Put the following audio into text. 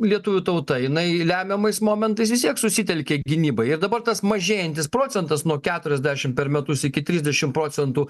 lietuvių tauta jinai lemiamais momentais vistiek susitelkė gynybai ir dabar tas mažėjantis procentas nuo keturiasdešimt per metus iki trisdešimt procentų